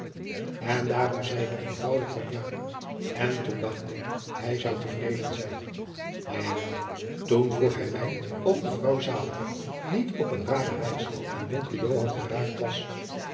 en daarom zei ik eenvoudig van ja en toen dacht ik hij zou te vreden zijn maar jawel toen vroeg hij mij of mevrouw zaliger niet op een rare wijs aan jonker joan geraakt was